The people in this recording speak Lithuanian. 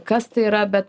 kas tai yra bet